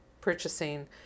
purchasing